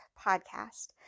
podcast